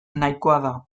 nahikoa